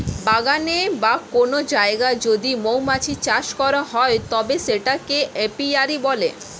বাগানে বা কোন জায়গায় যদি মৌমাছি চাষ করা হয় তবে সেটাকে এপিয়ারী বলে